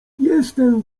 jestem